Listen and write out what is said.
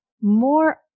more